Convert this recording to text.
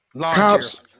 Cops